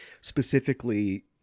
specifically